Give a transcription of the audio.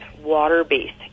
water-based